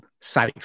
safe